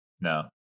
No